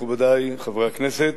מכובדי חברי הכנסת,